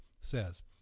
says